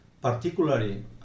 Particularly